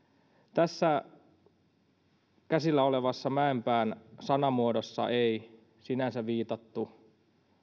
tässä käsillä olevassa mäenpään sanamuodossa ei sinänsä viitattu